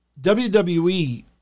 WWE